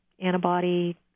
antibody